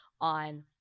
on